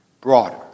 broader